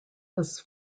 was